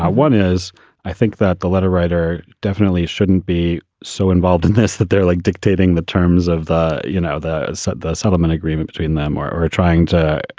one is i think that the letter writer definitely shouldn't be so involved in this that they're like dictating the terms of the, you know, the so the settlement agreement between them or or trying to.